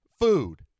food